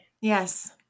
yes